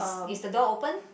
is the door open